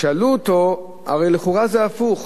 שאלו אותו: הרי לכאורה זה הפוך.